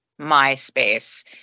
MySpace